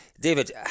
David